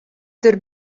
der